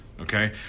okay